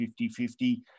50-50